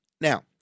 Now